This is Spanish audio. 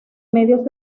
medios